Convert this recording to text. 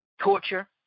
torture